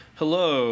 hello